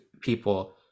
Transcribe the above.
people